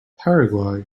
paraguay